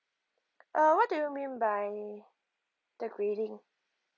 uh what do you mean by the grading